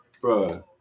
Bro